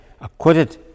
acquitted